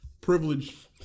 privilege